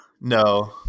No